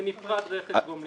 רכש גומלין.